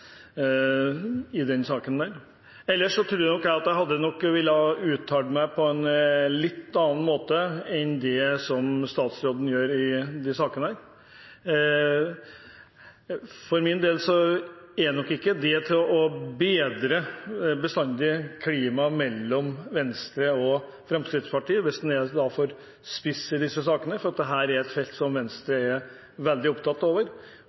i denne saken. Ellers tror jeg at jeg nok ville ha uttalt meg på en litt annen måte enn statsråden gjør i disse sakene. For min del er det nok ikke bestandig med på å bedre klimaet mellom Venstre og Fremskrittspartiet at man er for spiss i disse sakene. Dette er et felt hvor Venstre er veldig opptatt